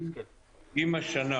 אם השנה